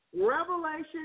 Revelation